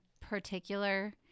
particular